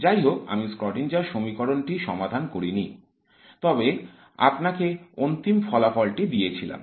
যাইহোক আমি Schrödinger সমীকরণটি সমাধান করিনি তবে আপনাকে অন্তিম ফলাফল টি দিয়েছিলাম